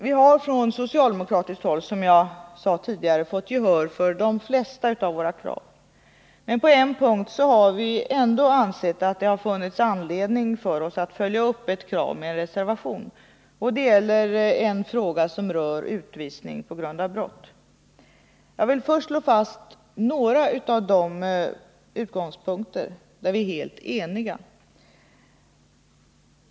Vi har på socialdemokratiskt håll, som jag sade tidigare, fått gehör för de flesta av våra krav, men på en punkt har vi ändå ansett att det har funnits anledning för oss att följa upp ett krav med en reservation. Det gäller en fråga som rör utvisning på grund av brott. Jag vill först slå fast några av de utgångspunkter där vi är helt eniga.